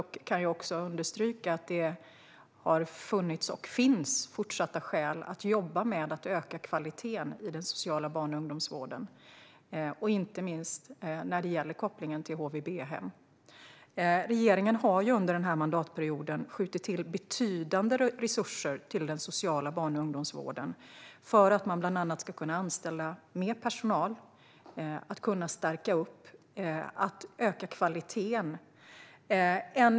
Jag kan också understryka att det har funnits och finns fortsatta skäl att jobba med att öka kvaliteten i den sociala barn och ungdomsvården, inte minst när det gäller kopplingen till HVB-hem. Regeringen har under mandatperioden skjutit till betydande resurser till den sociala barn och ungdomsvården för att man bland annat ska kunna anställa mer personal och stärka och öka kvaliteten.